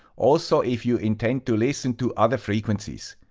also if you intend to listen to other frequencies.